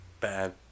bad